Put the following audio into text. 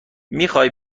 میخای